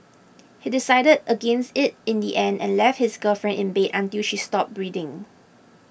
he decided against it in the end and left his girlfriend in bed until she stopped breathing